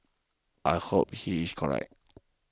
I hope he is correct